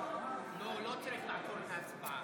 אני קורא אותך לסדר פעם ראשונה.